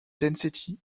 density